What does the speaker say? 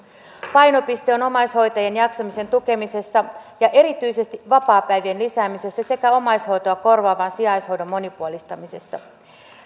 painopiste on omaishoitajien jaksamisen tukemisessa ja erityisesti vapaapäivien lisäämisessä sekä omaishoitoa korvaavan sijaishoidon monipuolistamisessa